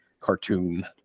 cartoon